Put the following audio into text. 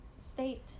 state